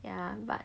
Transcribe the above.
ya but